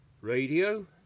radio